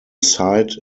side